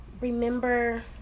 Remember